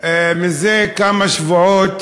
זה כמה שבועות